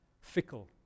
fickle